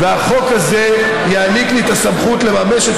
והחוק הזה יעניק לי את הסמכות לממש את